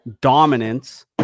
dominance